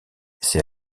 ses